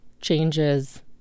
changes